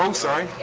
um sorry.